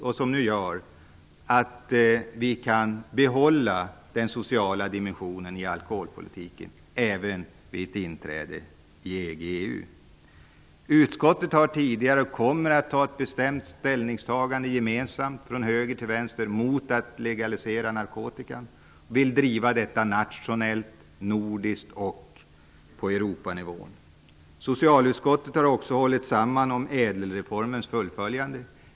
Det gör att vi kan behålla den sociala dimensionen i vår alkoholpolitik även vid ett inträde i EG/EU. Utskottet har tidigare gjort och kommer att vidhålla ett gemensamt ställningstagande, från höger till vänster, mot att legalisera narkotikan. Vi vill driva detta nationellt, nordiskt och på Socialutskottet har också hållit samman om ÄDEL-reformens fullföljande.